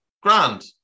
Grand